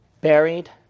buried